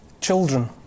children